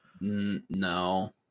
No